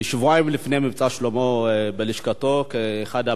שבועיים לפני "מבצע שלמה", בלשכתו, כאחד הפעילים,